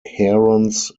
herons